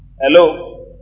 Hello